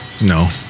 no